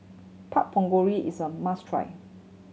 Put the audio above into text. Pork Bulgogi is a must try